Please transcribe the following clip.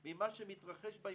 בעיני הן תמוהות משום שמחר יבוא שר